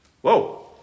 Whoa